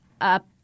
up